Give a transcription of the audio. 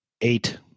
Eight